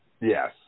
Yes